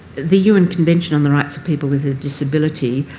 the un convention on the rights of people with a disability,